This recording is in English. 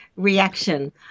reaction